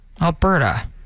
Alberta